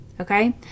Okay